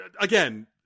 again